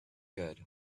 good